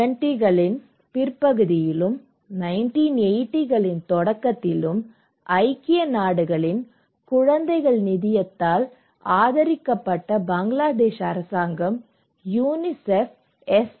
1970 களின் பிற்பகுதியிலும் 1980 களின் தொடக்கத்திலும் ஐக்கிய நாடுகளின் குழந்தைகள் நிதியத்தால் ஆதரிக்கப்பட்ட பங்களாதேஷ் அரசாங்கம் யுனிசெஃப் எஸ்